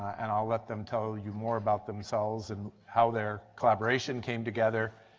and i will let them tell you more about themselves and how their collaboration came together.